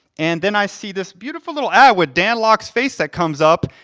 and then i see this beautiful little ad with dan lok's face that comes up,